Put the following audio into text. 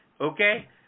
okay